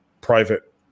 private